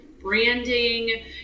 branding